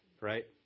right